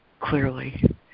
clearly